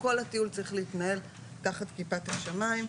כל הטיול צריך להתנהל תחת כיפת השמיים.